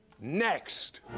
Next